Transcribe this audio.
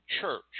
church